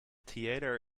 theater